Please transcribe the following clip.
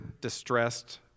distressed